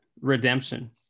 redemption